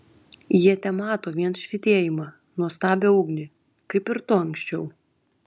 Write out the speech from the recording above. jie temato vien švytėjimą nuostabią ugnį kaip ir tu anksčiau